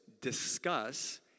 discuss